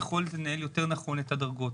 אנחנו מאמינים שהיכולת לנהל יותר נכון את הדרגות,